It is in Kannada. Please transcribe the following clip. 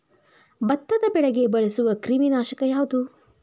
ಭತ್ತದ ಬೆಳೆಗೆ ಬಳಸುವ ಕ್ರಿಮಿ ನಾಶಕ ಯಾವುದು?